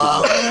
למשל,